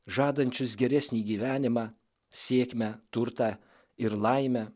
žadančius geresnį gyvenimą sėkmę turtą ir laimę